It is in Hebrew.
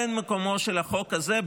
-- ואומרים: אין מקומו של החוק הזה,